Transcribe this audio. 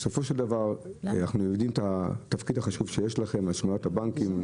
בסופו של דבר אנחנו יודעים את התפקיד החשוב שיש לכם בשמירה על הבנקים.